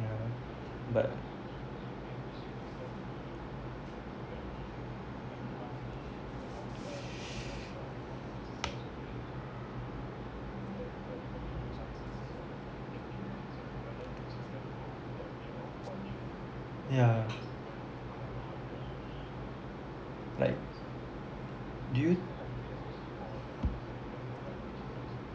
yeah but yeah like do you